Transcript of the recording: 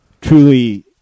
truly